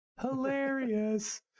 Hilarious